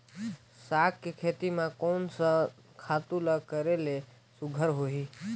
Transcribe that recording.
साग के खेती म कोन स खातु ल करेले सुघ्घर होही?